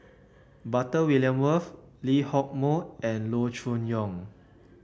Butter Lee Hock Moh and Loo Choon Yong